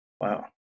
Wow